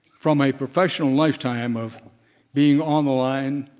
from a professional lifetime of being on the line,